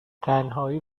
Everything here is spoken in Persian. تنهایی